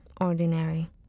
ordinary